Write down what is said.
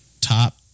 top